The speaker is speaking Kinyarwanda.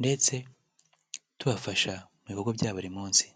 ndetse tubafasha mu bigo bya buri munsi.